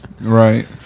Right